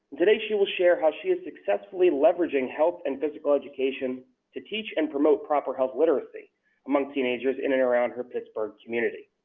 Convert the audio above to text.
today she will share how she is successfully leveraging health and physical education to teach and promote proper health literacy among teenagers in and around her pittsburgh community.